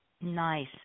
Nice